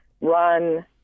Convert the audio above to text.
run